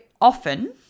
often